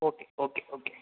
okay okay okay